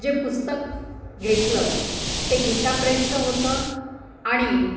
जे पुस्तक घेतलं ते गीताप्रेसचं होतं आणि